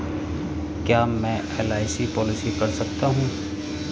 क्या मैं LIC policy कर सकता हूं?